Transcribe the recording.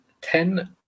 ten